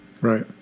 Right